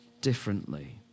differently